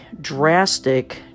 drastic